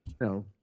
No